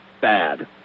bad